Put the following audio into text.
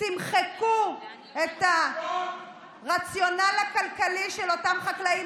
תמחקו את הרציונל הכלכלי של אותם חקלאים